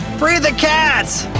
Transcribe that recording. free the cats!